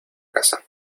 casa